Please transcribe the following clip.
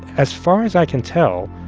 as far as i can tell,